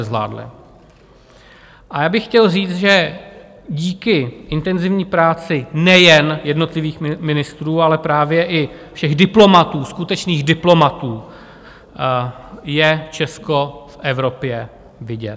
Já bych chtěl říct, že díky intenzivní práci nejen jednotlivých ministrů, ale právě i všech diplomatů, skutečných diplomatů, je Česko v Evropě vidět.